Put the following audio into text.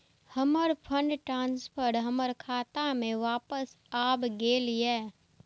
हमर fund transfer हमर खाता में वापस आब गेल या